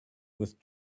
with